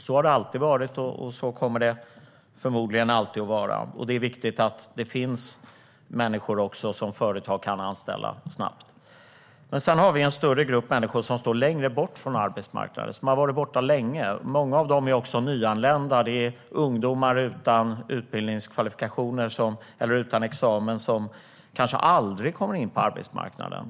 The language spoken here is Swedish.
Så har det alltid varit, och så kommer det förmodligen alltid att vara. Det är viktigt att det finns människor som företag kan anställa snabbt. Sedan har vi en större grupp människor som står längre bort från arbetsmarknaden, som har varit borta länge. Många av dem är också nyanlända; det är ungdomar utan utbildningskvalifikationer eller utan examen som kanske aldrig kommer in på arbetsmarknaden.